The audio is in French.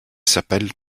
s’appelle